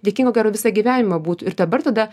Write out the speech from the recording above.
dėkinga ko gero visą gyvenimą būtų ir dabar tada